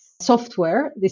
software